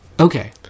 Okay